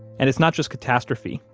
and it's not just catastrophe.